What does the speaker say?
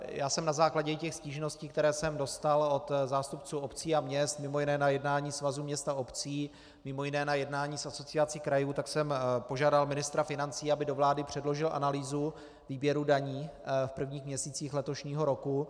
Já jsem na základě i stížností, které jsem dostal od zástupců obcí a měst, mimo jiné na jednání Svazu měst a obcí, mimo jiné na jednání s Asociací krajů, požádal ministra financí, aby do vlády předložil analýzu výběru daní v prvních měsících letošního roku.